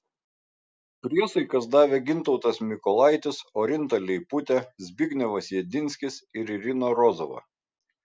priesaikas davė gintautas mikolaitis orinta leiputė zbignevas jedinskis ir irina rozova